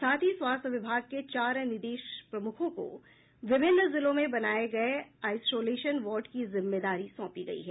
साथ ही स्वास्थ्य विभाग के चार निदेशक प्रमुखों को विभिन्न जिलों में बनाये गये आईसोलेशन वार्ड की जिम्मेदारी सौंपी गयी है